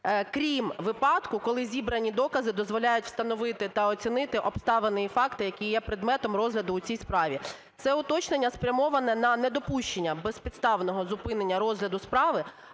крім випадку, коли зібрані докази дозволяють встановити та оцінити обставини і факти, які є предметом розгляду у цій справі. Це уточнення спрямоване на недопущення безпідставного зупинення розгляду справи,